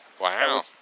Wow